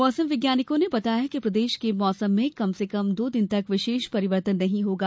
मौसम वैज्ञानिकों ने बताया कि प्रदेश के मौसम में कम से कम दो दिन तक विशेष परिवर्तन नहीं होगा